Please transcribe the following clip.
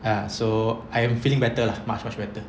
ah so I'm feeling better lah much much better